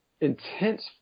intense